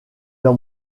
dans